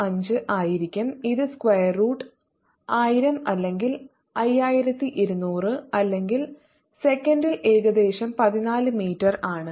05 ആയിരിക്കും ഇത് square root 1000 അല്ലെങ്കിൽ 5200 അല്ലെങ്കിൽ സെക്കൻഡിൽ ഏകദേശം 14 മീറ്റർ ആണ്